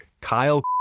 Kyle